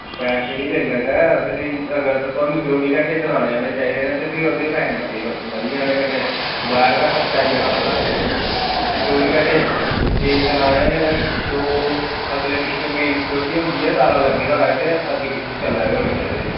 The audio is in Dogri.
पैसे बी लेई लैगा फिर अगर ते तुआनू चौबी घैंटे चलाने आह्ले चाहिदे न ते फिर ओह्दे पैहे मते बधी जाने कन्नै वैट दा खर्चा आई जाना मता क्योंकि चौबी घैंटे ते जे चलाने दो अगले पिछले मेन सिक्योरटी होंदी ऐ ताला लग्गे दा होए ते अग्गे पिच्छै चला दे होने चाहिदे